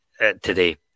today